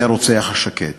היא הרוצח השקט.